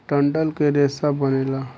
डंठल के रेसा बनेला